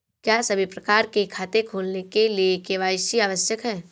क्या सभी प्रकार के खाते खोलने के लिए के.वाई.सी आवश्यक है?